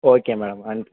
okay madam வந்